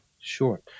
Sure